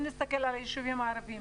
אם נסתכל על היישובים הערביים,